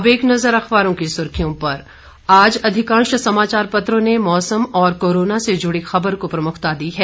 अब एक नज़र अखबारों की सुर्खियों पर आज अधिकांश समाचार पत्रों ने मौसम और कोरोना से जुड़ी खबर को प्रमुखता दी है